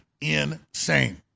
insane